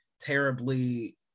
terribly